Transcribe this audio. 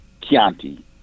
Chianti